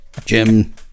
Jim